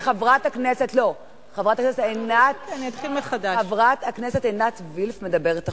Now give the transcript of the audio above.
חברת הכנסת עינת וילף מדברת עכשיו.